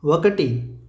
ఒకటి